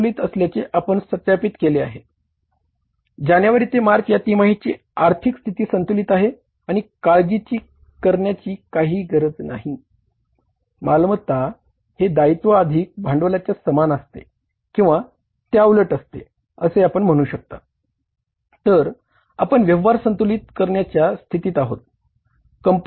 तर आपण व्यवहार संतुलित करण्याच्या स्थितीत आहोत